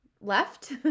left